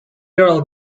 girl